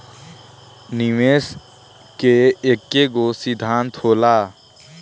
निवेश के एकेगो सिद्धान्त होला